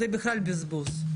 זה בכלל בזבוז.